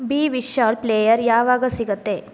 B Vishal player ಯಾವಾಗ ಸಿಗತ್ತೆ